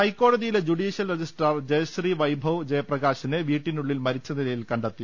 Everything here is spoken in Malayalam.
ഹൈക്കോടതിയിലെ ജുഡീഷ്യൽ രജിസ്ട്രാർ ജയശ്രീ വൈഭവ് ജയപ്രകാശിനെ വീട്ടിനുള്ളിൽ മരിച്ച നിലയിൽ കണ്ടെത്തി